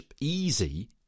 easy